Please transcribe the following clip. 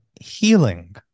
healing